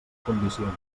condicionen